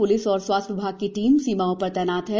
police और स्वास्थ्य विभाग की टीम सीमाओं पर तैनात हैं